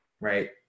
right